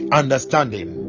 understanding